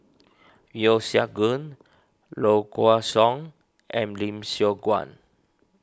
Yeo Siak Goon Low Kway Song and Lim Siong Guan